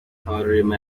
habarurema